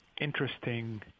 interesting